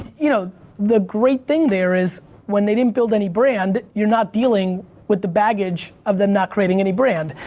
you know the great thing there is when they didn't build any brand you're not dealing with the baggage of them not creating any brand.